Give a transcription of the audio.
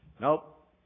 Nope